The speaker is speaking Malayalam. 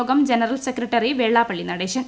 യോഗം ജനറൽ സെക്രട്ടറി വെള്ളാപ്പള്ളി നടേശൻ